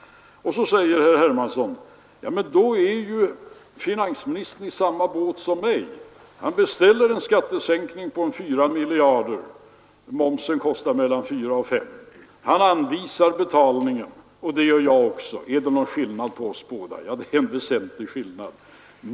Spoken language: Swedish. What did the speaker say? Vidare säger herr Hermansson: Men då sitter ju finansministern i samma båt som jag! Han beställer en skattesänkning på 4 miljarder — momsen kostar mellan 4 och 5 miljarder — och han anvisar betalningen, det gör jag också. Är det då någon skillnad mellan oss båda? Ja, det är en väsentlig skillnad.